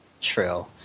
True